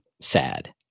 sad